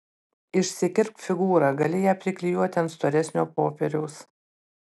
išsikirpk figūrą gali ją priklijuoti ant storesnio popieriaus